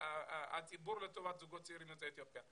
הציבור לטובת זוגות צעירים יוצאי אתיופיה.